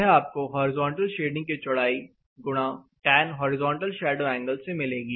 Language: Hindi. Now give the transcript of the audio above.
यह आपको हॉरिजॉन्टल शेडिंग की चौड़ाई टैन हॉरिजॉन्टल शैडो एंगल से मिलेगी